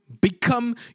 Become